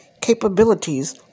capabilities